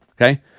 Okay